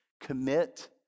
commit